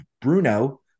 Bruno